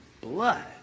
blood